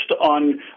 on